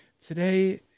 Today